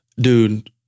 Dude